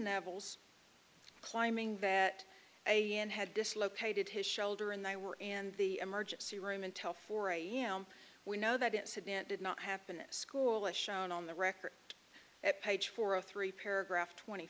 now vel's climbing that a n had dislocated his shoulder and they were in the emergency room until four am we know that incident did not happen at school as shown on the record at page four a three paragraph twenty